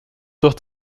durch